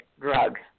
drug